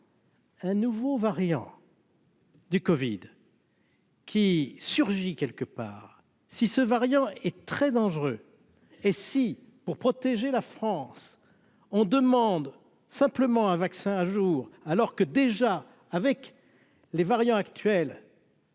Un nouveau variant. Du Covid. Qui surgit quelque part si ce variant est très dangereux et si pour protéger la France, on demande simplement un vaccin jour alors que déjà avec les variants actuels.